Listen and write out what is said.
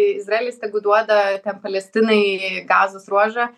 i izraelis tegu duoda ten palestinai gazos ruožą